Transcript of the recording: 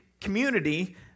community